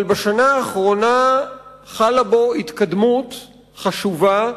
אבל בשנה האחרונה חלה בו התקדמות חשובה,